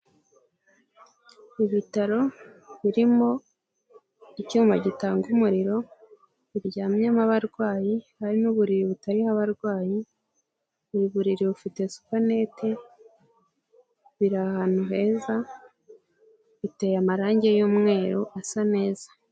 Ibitaro birimo icyuma gitanga umuriro, haryamyemo abarwayi, hari n'uburiri butariho abarwayi, buri buriri bufite supanete, biri ahantu heza, biteye amarangi y'umweru asa neza.